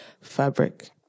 Fabric